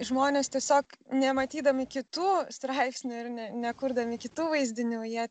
žmonės tiesiog nematydami kitų straipsnių ir ne ne nekurdami kitų vaizdinių jie